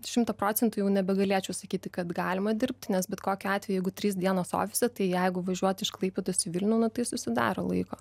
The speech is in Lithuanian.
šimtą procentų jau nebegalėčiau sakyti kad galima dirbti nes bet kokiu atveju jeigu trys dienos ofise tai jeigu važiuot iš klaipėdos į vilnių na tai susidaro laiko